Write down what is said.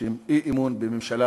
מגישים אי-אמון בממשלה,